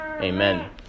Amen